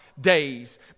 days